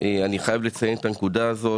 אני חייב לציין את הנקודה הזאת,